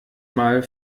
mal